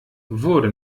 wurde